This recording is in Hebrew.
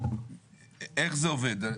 איך זה עובד?